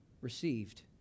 received